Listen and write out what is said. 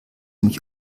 mich